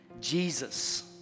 Jesus